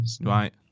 Right